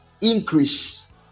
increase